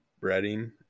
breading